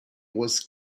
was